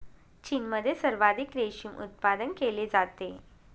चीनमध्ये सर्वाधिक रेशीम उत्पादन केले जाते